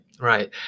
right